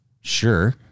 sure